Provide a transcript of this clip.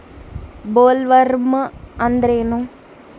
Bollworm ಅಂದ್ರೇನು?